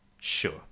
Sure